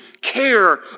care